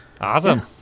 Awesome